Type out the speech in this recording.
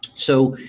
so,